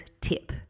tip